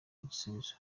igisubizo